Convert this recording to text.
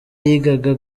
yigaga